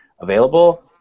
available